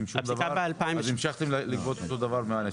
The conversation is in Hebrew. המשכתם לגבות אותו הדבר?